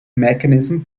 mechanism